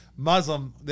Muslim